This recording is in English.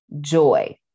joy